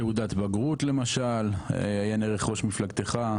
תעודת בגרות למשל, עיין ערך ראש מפלגתך.